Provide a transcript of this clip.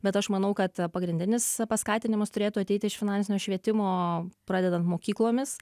bet aš manau kad pagrindinis paskatinimas turėtų ateit iš finansinio švietimo pradedant mokyklomis